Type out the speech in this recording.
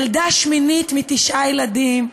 ילדה שמינית מתשעה ילדים,